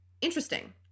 Interesting